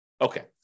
Okay